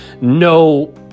no